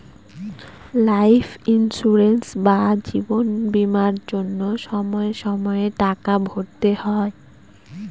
life insurance বা জীবন বীমার জন্য সময়ে সময়ে টাকা ভরতে হয়